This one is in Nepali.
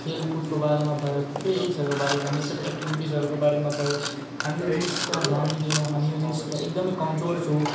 खेलकुदको बारेमा भयो थुप्रै जिनिसहरूको बारेमा नेचरल एक्टिभिटिजहरूको बारेमा भयो हामी यो जिनिसतिर ध्यान दिँदैनौँ हामी यो जिनिसतिर एकदम कमजोर छौँ